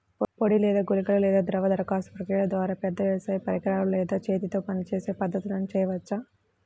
పొడి లేదా గుళికల లేదా ద్రవ దరఖాస్తు ప్రక్రియల ద్వారా, పెద్ద వ్యవసాయ పరికరాలు లేదా చేతితో పనిచేసే పద్ధతులను చేయవచ్చా?